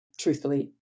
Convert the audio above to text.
truthfully